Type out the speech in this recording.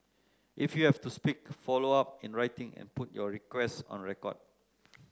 if you have to speak follow up in writing and put your requests on record